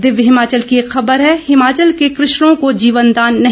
दिव्य हिमाचल की एक खबर है हिमाचल के कशरों को जीवनदान नहीं